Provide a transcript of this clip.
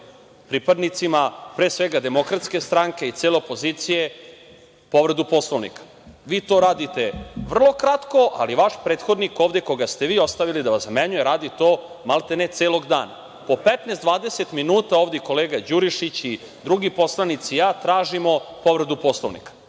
pripadnicima pre svega DS i cele opozicije povredu Poslovnika? Vi to radite vrlo kratko, ali vaš prethodnik ovde, koga ste vi ostavili da vas zamenjuje, radi to maltene celog dana. Po 15 do 20 minuta ovde i kolega Đurišić i drugi poslanici i ja tražimo povredu Poslovnika.